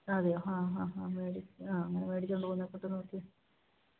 അതെയോ ഹാ ഹാ ഹാ മേടി ആ അങ്ങനെ മേടിച്ചുകൊണ്ട് പോകുന്നത് കിട്ടുന്നതൊക്കെ